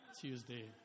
Tuesday